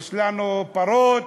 יש לנו פרות.